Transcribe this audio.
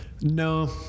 No